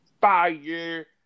fire